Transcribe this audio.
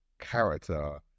character